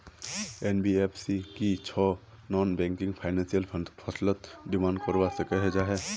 NBFC की छौ non banking financial फसलोत डिमांड करवा सकोहो जाहा?